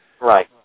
Right